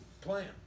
Plan